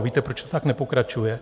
Víte, proč to tak nepokračuje?